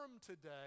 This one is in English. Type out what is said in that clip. today